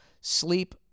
sleep